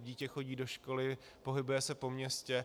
Dítě chodí do školy, pohybuje se po městě.